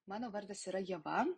mano vardas yra ieva